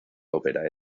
ópera